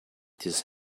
this